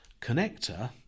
Connector